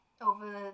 over